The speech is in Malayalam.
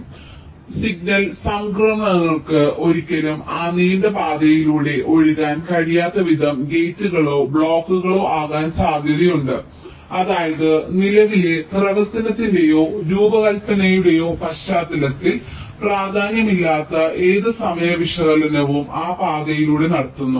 അതിനാൽ സിഗ്നൽ സംക്രമണങ്ങൾക്ക് ഒരിക്കലും ആ നീണ്ട പാതയിലൂടെ ഒഴുകാൻ കഴിയാത്തവിധം ഗേറ്റുകളോ ബ്ലോക്കുകളോ ആകാൻ സാധ്യതയുണ്ട് അതായത് നിലവിലെ പ്രവർത്തനത്തിന്റെയോ രൂപകൽപ്പനയുടെയോ പശ്ചാത്തലത്തിൽ പ്രാധാന്യമില്ലാത്ത ഏത് സമയ വിശകലനവും ആ പാതയിലൂടെ നടത്തുന്നു